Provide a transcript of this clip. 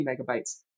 megabytes